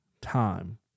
time